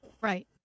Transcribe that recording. Right